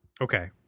okay